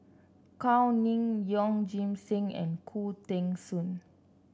Gao Ning Yeoh Ghim Seng and Khoo Teng Soon